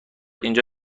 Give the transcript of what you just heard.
اینجا